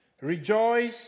Rejoice